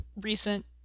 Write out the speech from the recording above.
recent